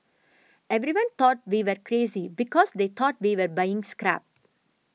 everyone thought we were crazy because they thought we were buying scrap